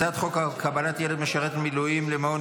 הצעת חוק קבלת ילד משרת מילואים למעון